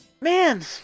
Man